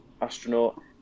astronaut